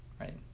right